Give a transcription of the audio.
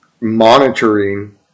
monitoring